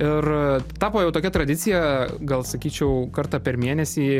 ir tapo jau tokia tradicija gal sakyčiau kartą per mėnesį